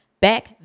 Back